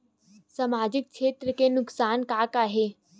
सामाजिक क्षेत्र के नुकसान का का हे?